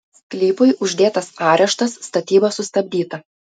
sklypui uždėtas areštas statyba sustabdyta